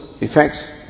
effects